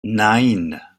nein